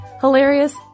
hilarious